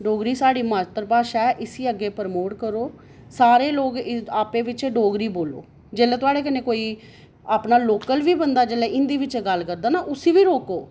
डोगरी साढ़ी मात्तरभाशा ऐ इसी अग्गै प्रमोट करो सारे लोग आपें बिचें डोगरी बोल्लो जेल्लै थुआढ़े कन्नै कोई अपना लोकल बंदा बी कोई हिंदी बिच्च गल्ल करदा ना उसी बी रोको